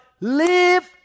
live